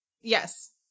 Yes